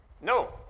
No